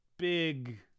Big